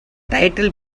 title